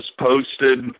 posted